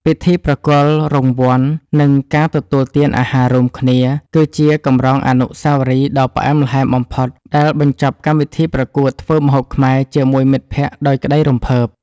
ពិធីប្រគល់រង្វាន់ និងការទទួលទានអាហាររួមគ្នា គឺជាកម្រងអនុស្សាវរីយ៍ដ៏ផ្អែមល្ហែមបំផុត ដែលបញ្ចប់កម្មវិធីប្រកួតធ្វើម្ហូបខ្មែរជាមួយមិត្តភក្តិដោយក្ដីរំភើប។